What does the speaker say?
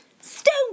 stone